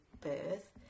birth